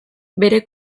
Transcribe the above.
bere